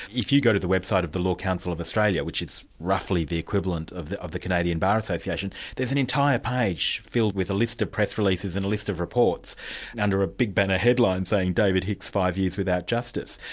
if you go to the website of the law council of australia, which is roughly the equivalent of the of the canadian bar association, there's an entire page filled with a list of press releases and a list of reports under a big banner headline saying david hicks five years without justice.